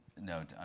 No